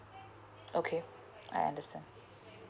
okay I understand